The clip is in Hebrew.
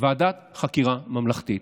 ועדת חקירה ממלכתית.